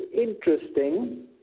interesting